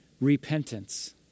repentance